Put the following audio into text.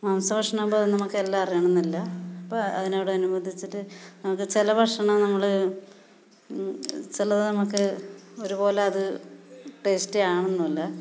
മാംസഭക്ഷണമാകുമ്പോൾ അത് നമുക്ക് എല്ലാം അറിയാണമെന്നില്ല അപ്പം അതിനോടനുബന്ധിച്ചിട്ട് നമുക്ക് ചില ഭക്ഷണം നമ്മൾ ചിലത് നമുക്ക് ഒരു പോലെ അത് ടേസ്റ്റി ആകണമെന്നില്ല